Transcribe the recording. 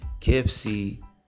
KFC